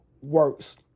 works